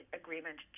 agreement